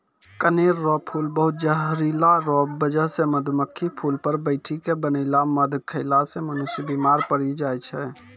कनेर रो फूल बहुत जहरीला रो बजह से मधुमक्खी फूल पर बैठी के बनैलो मध खेला से मनुष्य बिमार पड़ी जाय छै